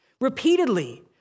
Repeatedly